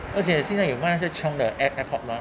而且现在有卖那些穷的 AirPod mah